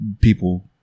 People